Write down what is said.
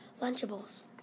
Lunchables